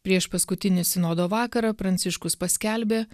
prieš paskutinį sinodo vakarą pranciškus paskelbė